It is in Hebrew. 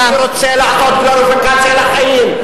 אני רוצה גלוריפיקציה לחיים.